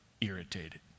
irritated